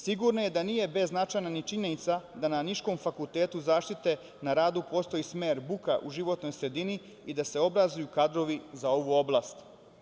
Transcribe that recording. Sigurno je da nije beznačajna činjenica da na niškom Fakultetu zaštite na radu postoji smer buka u životnoj sredini i da se obrazuju kadrovi za ovu oblast.